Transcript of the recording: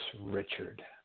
Richard